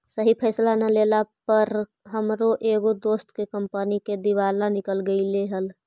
सही फैसला न लेला पर हमर एगो दोस्त के कंपनी के दिवाला निकल गेलई हल